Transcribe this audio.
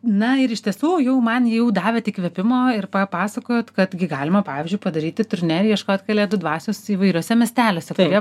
na ir iš tiesų jau man jau davėt įkvėpimo ir papasakojot kad gi galima pavyzdžiui padaryti turnė ir ieškot kalėdų dvasios įvairiuose miesteliuose toje